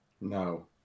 No